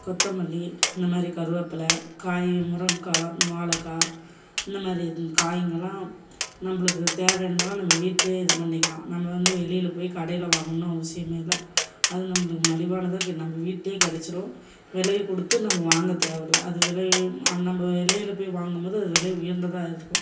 கொத்தமல்லி இந்த மாதிரி கருவேப்பிலை காய் முருங்கைகா வாழைக்கா இந்த மாதிரி இது காய்ங்கெல்லாம் நம்மளுக்கு தேவையானதெல்லாம் நம்ம வீட்டிலையே இது பண்ணிக்கலாம் நம்ம வந்து வெளியில போய் கடையில் வாங்கணும்னு அவசியமே இல்லை அது நம்மளுக்கு மலிவானதாக நம்ம வீட்டிலையே கெடைச்சிரும் விலைய கொடுத்து நம்ம வாங்க தேவயில்ல அது விலையையும் அந் நம்ம வெளியில போய் வாங்கும்போது அது விலை உயர்ந்ததாக இருக்கும்